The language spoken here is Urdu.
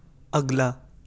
اگلا